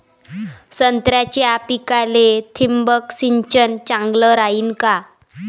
संत्र्याच्या पिकाले थिंबक सिंचन चांगलं रायीन का?